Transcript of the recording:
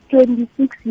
Twenty-six